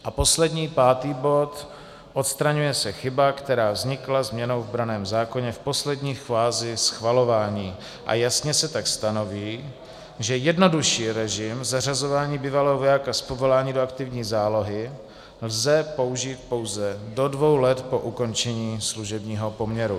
A poslední, pátý bod odstraňuje se chyba, která vznikla změnou v branném zákoně v poslední fázi schvalování, a jasně se tak stanoví, že jednodušší režim zařazování bývalého vojáka z povolání do aktivní zálohy lze použít pouze do dvou let po ukončení služebního poměru.